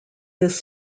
this